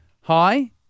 hi